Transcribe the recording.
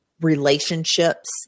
Relationships